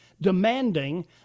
demanding